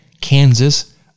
Kansas